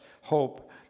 hope